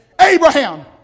Abraham